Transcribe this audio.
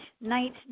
night